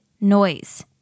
noise